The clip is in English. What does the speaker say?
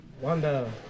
Wanda